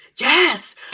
Yes